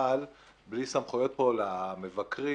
אבל בלי סמכויות פה למבקרים,